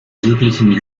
südlichen